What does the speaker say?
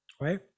right